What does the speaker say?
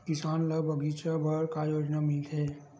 किसान ल बगीचा बर का योजना मिलथे?